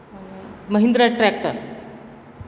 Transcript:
અને મહિન્દ્રા ટ્રેક્ટર